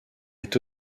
est